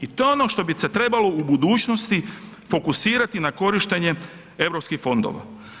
I to je ono što bi se trebalo u budućnosti fokusirati na korištenje eu fondova.